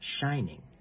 shining